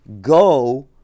go